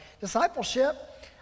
Discipleship